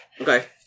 Okay